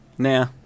Nah